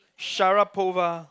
Sharapova